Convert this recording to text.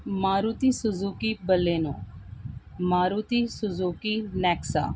Maruti Suzuki Baleno Maruti Suzuki Nexa